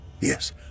Yes